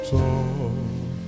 talk